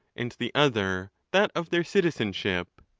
and the other, that of their citizenship.